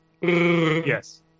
Yes